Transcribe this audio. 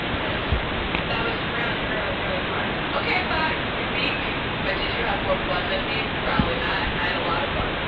cause that was really, really, really hard. okay, fine, you beat me, but did you have more fun than me? probably not. i had a lot of fun,